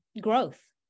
growth